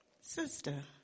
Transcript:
sister